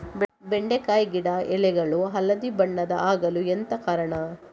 ಬೆಂಡೆಕಾಯಿ ಗಿಡ ಎಲೆಗಳು ಹಳದಿ ಬಣ್ಣದ ಆಗಲು ಎಂತ ಕಾರಣ?